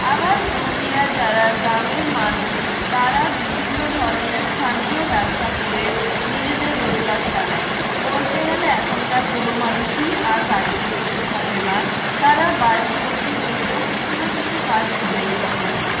আবার পুরুলিয়ার যারা গ্রামের মানুষ তারা বিভিন্ন ধরনের স্থানীয় ব্যবসা করে নিজেদের রোজগার চালায় বলতে গেলে এখনকার কোনও মানুষই আর বাড়িতে বসে থাকে না তারা বাড়ির মধ্যে বসেও কিছু না কিছু কাজ করেই থাকে